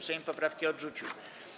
Sejm poprawki odrzucił.